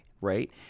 right